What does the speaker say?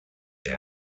they